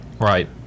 Right